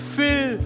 fill